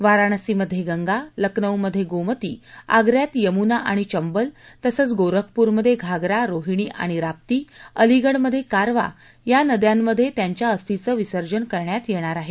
वाराणसीमध्ये गंगा लखनऊमध्ये गोमती आग्र्यात यमुना आणि चम्बल तसंच गोरखपुरमध्ये घाघरा रोहिणी आणि राप्ती अलीगढमध्ये कारवां नदी याठिकाणी त्यांच्या अस्थिंचं विसर्जन करण्यात यणार आहे